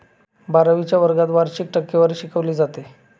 बारावीच्या वर्गात वार्षिक टक्केवारी शिकवली जाते